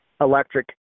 electric